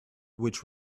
which